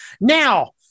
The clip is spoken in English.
now